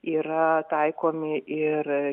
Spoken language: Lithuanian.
yra taikomi ir